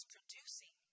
producing